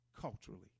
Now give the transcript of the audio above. culturally